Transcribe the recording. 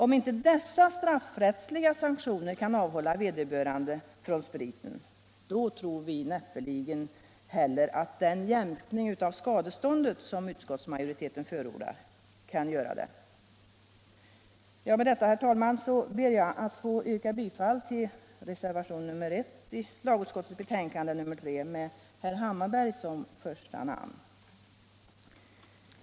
Om inte dessa straffrättsliga sanktioner kan avhålla vederbörande från spriten, då tror vi näppeligen att den jämkning av skadeståndet som utskottsmajoriteten förordar kan göra det. Med detta, herr talman, ber jag att få yrka bifall till reservationen 1 med herr Hammarberg som första namn.